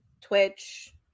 Twitch